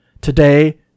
Today